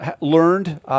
learned